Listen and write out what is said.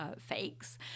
fakes